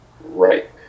Right